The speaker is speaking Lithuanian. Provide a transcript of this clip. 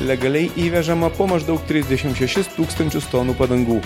legaliai įvežama po maždaug trisdešim šešis tūkstančius tonų padangų